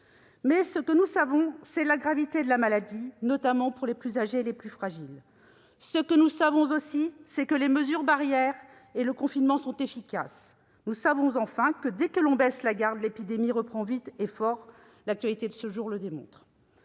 ? Ce que nous savons, c'est combien cette maladie est grave, notamment pour les plus âgés et les plus fragiles. Nous savons aussi que les mesures barrières et le confinement sont efficaces. Nous savons enfin que, dès que l'on baisse la garde, l'épidémie reprend vite et fort ; l'actualité de ce jour le démontre